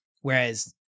Whereas